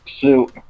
suit